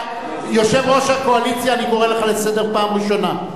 יושב-ראש הקואליציה, אני קורא לך לסדר פעם ראשונה.